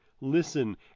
listen